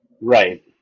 Right